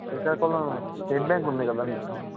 Srikakulam state bank ఉంది కదండి